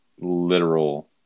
literal